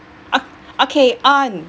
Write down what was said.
ah okay on